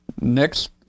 next